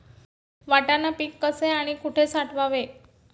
वाटाणा पीक कसे आणि कुठे साठवावे?